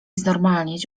znormalnieć